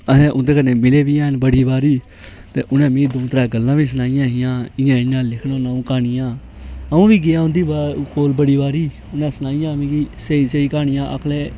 असें उंदे कन्नै मिले बी हां बड़ी बारी ते उनें मिगी दो त्रै गल्लां बी सनाइयां हियां कि इयां इयां अ ऊं लिखना होन्ना क्हानियां अऊं बी गेआ उंदे कोल बड़ीं बारी मे सनाइयां मिगी स्हेई स्हेई क्हानियां आक्खन लगे